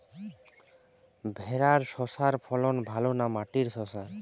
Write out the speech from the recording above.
ভেরার শশার ফলন ভালো না মাটির শশার?